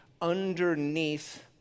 underneath